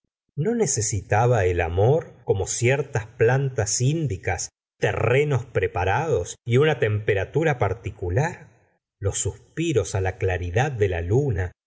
no necesitaba el amor como ciertas pla tas indicas terrenos preparados y una temperat a particular los suspiros á la claridad de la na